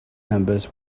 members